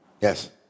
Yes